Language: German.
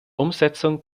umsetzung